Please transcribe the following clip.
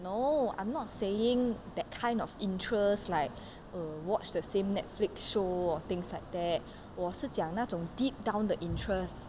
no I'm not saying that kind of interest like oh watch the same netflix show or things like that 我是讲那种 deep down 的 interest